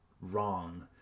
wrong